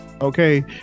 Okay